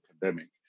pandemic